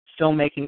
filmmaking